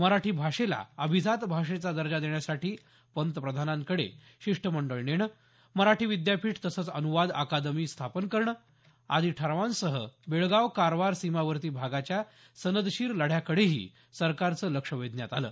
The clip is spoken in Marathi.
मराठी भाषेला अभिजात भाषेचा दर्जा देण्यासाठी पंतप्रधानांकडे शिष्टमंडळ नेणं मराठी विद्यापीठ तसंच अनुवाद अकादमी स्थापन करणं आदी ठरावांसह बेळगाव कारवार सीमावर्ती भागाच्या सनदशीर लढ्याकडेही सरकारचं लक्ष वेधण्यात आलं